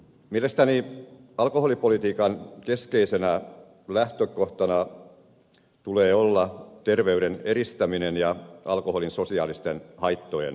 mielestäni alkoholipolitiikan keskeisenä läh tökohtana tulee olla terveyden edistäminen ja alkoholin sosiaalisten haittojen vähentäminen